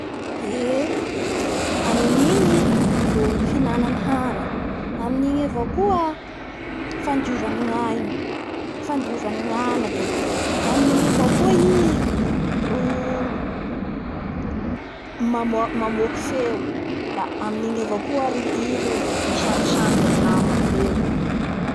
Eee! Amiamin'iny igny ro fihinanany hany amin'igny avao koa fandiovany ny gnainy, fandiovany gnanakiny. Amin'igny avao koa i ro mamoa- mamoaky feo. la amin'nigny avao i ro misangisangy amin'ny namany ireo.